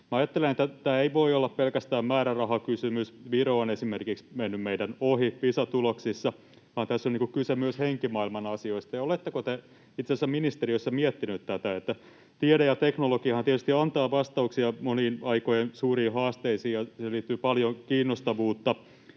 ajattelen, että tämä ei voi olla pelkästään määrärahakysymys — Viro on esimerkiksi mennyt meidän ohi Pisa-tuloksissa — vaan tässä on kyse myös henkimaailman asioista. Oletteko te itse asiassa ministeriössä miettineet tätä? Tiede ja teknologiahan tietysti antavat vastauksia moniin aikojen suuriin haasteisiin, ja siihen liittyy paljon kiinnostavuutta,